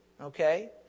okay